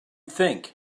think